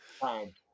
time